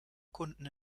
kunden